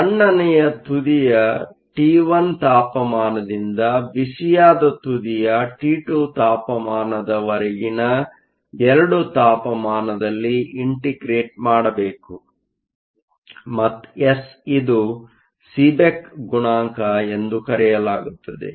ತಣ್ಣನೆಯ ತುದಿಯ T1 ತಾಪಮಾನದಿಂದ ಬಿಸಿಯಾದ ತುದಿಯ T2 ತಾಪಮಾನದವರೆಗಿನ ಎರಡೂ ತಾಪಮಾನದಲ್ಲಿ ಇಂಟೆಗ್ರೇಟ್Integrate ಮಾಡಬೇಕು ಮತ್ತು ಎಸ್ ಇದು ಸೀಬೆಕ್ ಗುಣಾಂಕ ಎಂದು ಕರೆಯಲಾಗುತ್ತದೆ